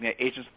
agents